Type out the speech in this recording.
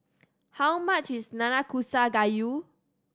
how much is Nanakusa Gayu